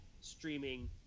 streaming